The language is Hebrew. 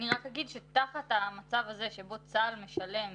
אני רק אגיד שתחת המצב הזה שבו צה"ל משלם